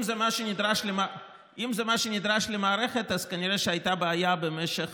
אם זה מה שנדרש למערכת אז, כנראה הייתה בעיה במשך